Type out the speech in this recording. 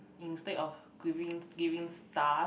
instead of giving giving stars